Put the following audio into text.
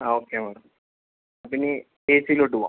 ആ okay madam അപ്പം ഇനി എ സിയിലോട്ട് പോവാം